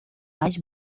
mais